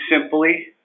simply